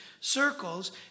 circles